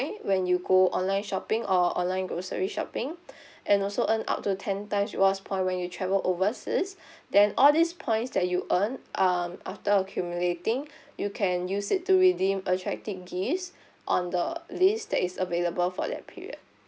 when you go online shopping or online grocery shopping and also earn up to ten times rewards point when you travel overseas then all these points that you earn um after accumulating you can use it to redeem attractive gifs on the list that is available for that period